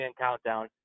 countdown